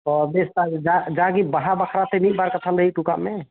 ᱚ ᱵᱮᱥ ᱛᱟᱦᱚᱞᱮ ᱡᱟᱜᱮ ᱵᱟᱦᱟ ᱵᱟᱨᱮᱛᱮ ᱢᱤᱫᱵᱟᱨ ᱠᱟᱛᱷᱟ ᱞᱟᱹᱭ ᱚᱴᱚᱠᱟᱜ ᱢᱮ